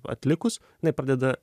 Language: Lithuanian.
atlikus jinai pradeda